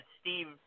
steve